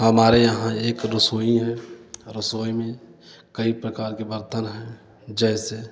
हमारे यहाँ एक रसोई हैं अ रसोई में कई प्रकार के बर्तन हैं जैसे